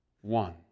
one